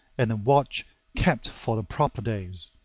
and a watch kept for the proper days.